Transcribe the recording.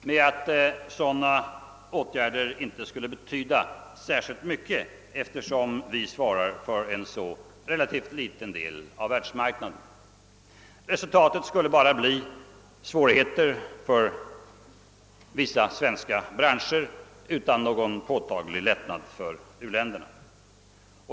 med att sådana åtgärder inte skulle betyda särskilt mycket, eftersom Sverige svarar för en så relativt liten del av världsmarknaden. Resultatet skulle bara bli svårigheter för vissa svenska branscher utan någon påtaglig lättnad för u-länderna.